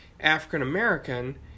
african-american